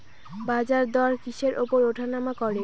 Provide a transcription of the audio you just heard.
বাজারদর কিসের উপর উঠানামা করে?